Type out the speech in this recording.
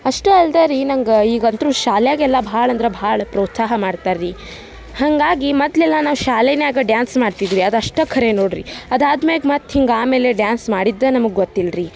ಅಷ್ಟೇ ಅಲ್ದೆ ರೀ ನಂಗೆ ಈಗಂತೂ ಶಾಲೆಯಾಗೆಲ್ಲ ಭಾಳ ಅಂದ್ರೆ ಭಾಳ ಪ್ರೋತ್ಸಾಹ ಮಾಡ್ತಾರೆ ರೀ ಹಾಗಾಗಿ ಮೊದ್ಲೆಲ್ಲ ನಾ ಶಾಲೆನ್ಯಾಗ ಡ್ಯಾನ್ಸ್ ಮಾಡ್ತಿದ್ವಿ ಅದಷ್ಟೇ ಖರೆ ನೋಡಿರಿ ಅದಾದ ಮೇಲ್ ಮತ್ತೆ ಹಿಂಗೆ ಆಮೇಲೆ ಡ್ಯಾನ್ಸ್ ಮಾಡಿದ್ದೇ ನಮಗೆ ಗೊತ್ತಿಲ್ಲ ರಿ